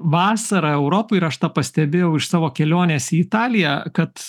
vasarą europoj ir aš tą pastebėjau iš savo kelionės į italiją kad